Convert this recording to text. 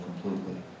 completely